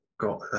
got